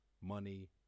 money